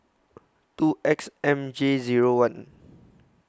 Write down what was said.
two X M J Zero one